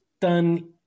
done